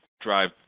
drive